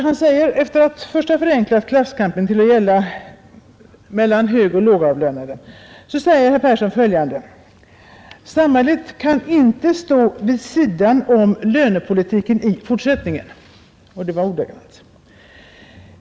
Han säger, efter att först ha förenklat klasskampen till att gälla en kamp mellan högoch lågavlönade, följande: ”Samhället kan inte stå vid sidan om lönepolitiken i fortsättningen.” — Det var ordagrant.